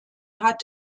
hat